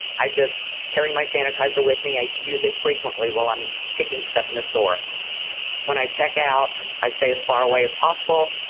i just carry my sanitizer with me i use it frequently while i'm picking stuff in the store when i check out. i stay as far away as possible.